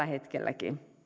hetkellä